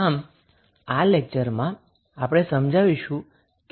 આમ આ લેક્ચરમાં આ સમજાવીશું કે રેસિપ્રોસિટી થીયરમનો અર્થ શું છે